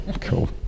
cool